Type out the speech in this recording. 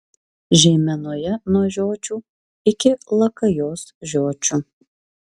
žeimenoje nuo žiočių iki lakajos žiočių